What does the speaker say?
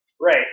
Right